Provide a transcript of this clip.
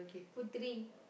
Putri